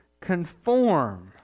conform